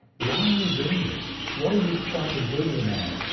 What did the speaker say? why are you doing this? what are you trying to do to the man?